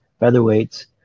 featherweights